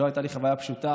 לא הייתה לי חוויה פשוטה.